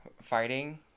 fighting